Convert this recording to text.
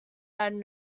had